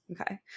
Okay